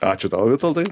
ačiū tau vitoldai